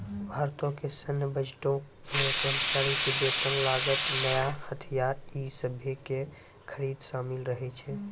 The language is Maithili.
भारतो के सैन्य बजटो मे कर्मचारी के वेतन, लागत, नया हथियार इ सभे के खरीद शामिल रहै छै